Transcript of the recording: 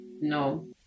no